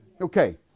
Okay